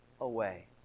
away